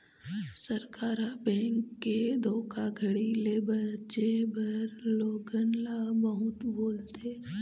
सरकार ह, बेंक के धोखाघड़ी ले बाचे बर लोगन ल बहुत बोलथे